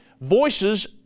voices